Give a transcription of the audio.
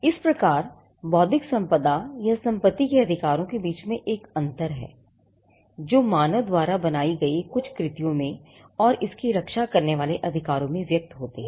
इस प्रकार बौद्धिक संपदा या संपत्ति के अधिकारों के बीच एक अंतर है जो मानव द्वारा बनाई गई कुछ कृतियों में और इनकी रक्षा करने वाले अधिकारों में वयक्त होते हैं